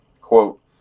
Quote